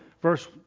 verse